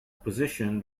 position